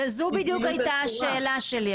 זו בדיוק הייתה השאלה שלי.